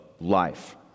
life